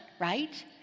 right